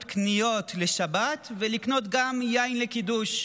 קניות לשבת ולקנות גם יין לקידוש.